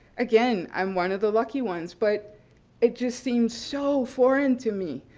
again, i'm one of the lucky ones. but it just seems so foreign to me,